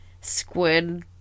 squid